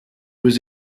was